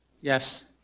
Yes